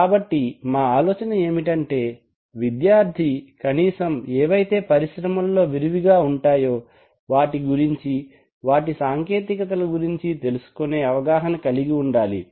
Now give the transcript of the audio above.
కాబట్టి మా ఆలోచన ఏమిటంటే విద్యార్థి కనీసం ఏవైతే పరిశ్రమల్లో విరివిగా ఉంటాయో వాటి గురించి వాటి సాంకేతికతల గురించి తెలుసుకుని అవగాహన కలిగి ఉండాలి